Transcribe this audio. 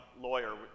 lawyer